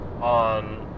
on